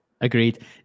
Agreed